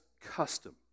custom